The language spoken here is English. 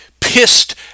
pissed